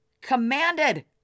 Commanded